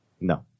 No